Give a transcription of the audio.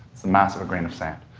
it's the mass of a grain of sand.